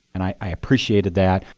and i appreciated that.